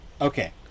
Okay